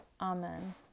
Amen